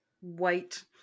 white